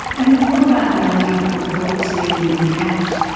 and what about the idea of thoughts being hacked?